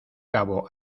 cabo